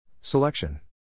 Selection